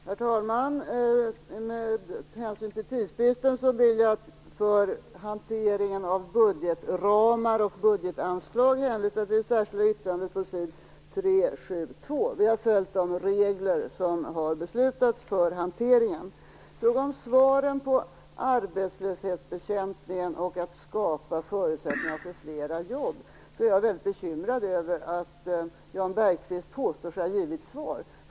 Herr talman! Av hänsyn till tidsbristen vill jag när det gäller hanteringen av budgetramar och budgetanslag hänvisa till det särskilda yttrandet på s. 372. Vi har följt de regler som har beslutats för hanteringen. Jag blir litet bekymrad över att Jan Bergqvist påstår sig ha givit svar på frågorna om arbetslöshetsbekämpningen och om att skapa förutsättningar för fler jobb.